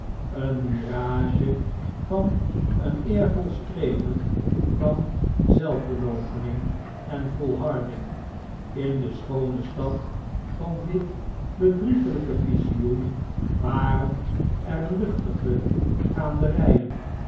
een mirage van een eervol streven van zelfverloochening en volharding in de schoone stad van dit bedrieglijke visioen waren er luchtige gaanderjjen